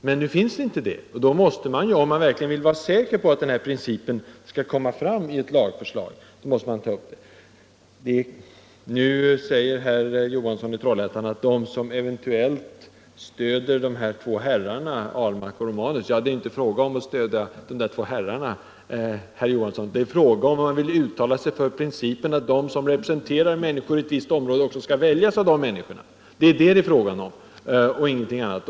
Men i dag har vi inte den möjligheten, och då måste man ta upp frågan på detta sätt, om man verkligen vill vara säker på att denna princip skall komma fram i ett lagförslag. Herr Johansson i Trollhättan använde uttrycket ”de som eventuellt stöder dessa två herrar, Ahlmark och Romanus”, men det är inte fråga om att stödja de två herrarna, herr Johansson, utan frågan är om man vill uttala sig för principen att de som representerar människorna i ett visst område också skall väljas av de människorna. Det är det frågan gäller, ingenting annat.